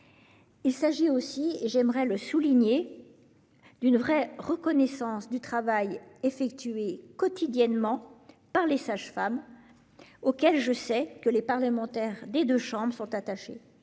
Il s'agit aussi, et je tiens à le souligner, d'une véritable reconnaissance du travail effectué quotidiennement par les sages-femmes, sujet auquel je sais que les parlementaires des deux chambres sont attachés.